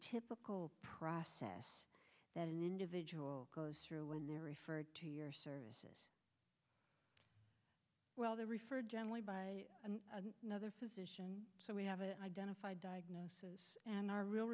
typical process that an individual goes through when they're referred to your service well they're referred generally by another physician so we have an identified diagnosis and our real